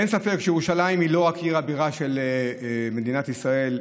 אין ספק שירושלים היא לא רק עיר הבירה של מדינת ישראל.